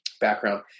background